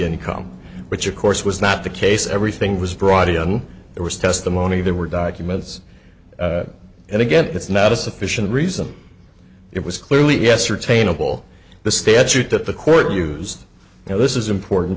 income which of course was not the case everything was brought in there was testimony there were documents and again that's not a sufficient reason it was clearly yes retain of all the statute that the court used you know this is important